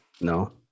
No